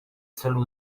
celu